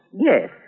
Yes